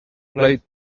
played